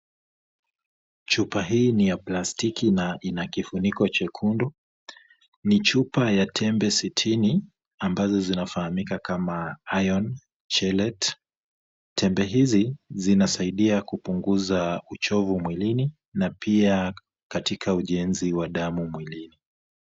Chupa hii ni ya plastiki na ina kifuniko chekundu. Ni chupa ya tembe sitini ambazo zinafahamika kama Iron Chelate. Tembe hizi zinasaidia kupunguza uchovu mwilini na pia katika ujenzi wa damu mwilini.